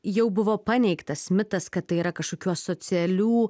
jau buvo paneigtas mitas kad tai yra kažkokių asocialių